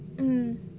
mm